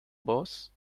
boss